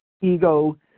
ego